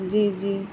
جی جی